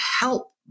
help